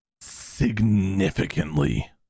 significantly